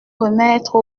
remettre